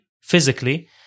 physically